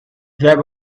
there